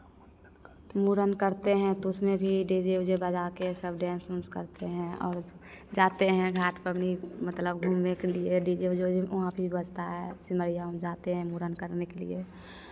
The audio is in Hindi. मूरन करते हैं तो उसमें भी डी जे ओ जे बजा के सब डांस ऊंस करते हैं और जाते हैं घाट पर भी मतलब घूमने के लिए डी जे ओ जे वहाँ पे भी बजता है सिमरिया हम जाते हैं मूड़न कराने के लिए